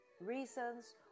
reasons